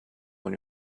when